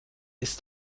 ist